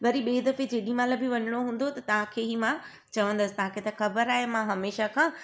वरी ॿिए दफ़े जेॾीमहिल बि वञिणो हूंदो त तव्हांखे ई मां चवंदसि तव्हांखे त ख़बर आहे मां हमेशह खां